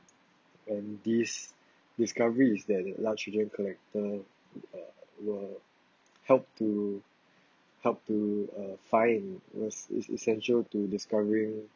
and this discovery is that the large hadron collector uh will help to help to uh find was is essential to discovering